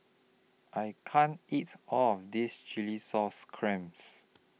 I can't eat All of This Chilli Sauce Clams